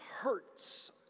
hurts